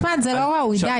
רוטמן, זה לא ראוי.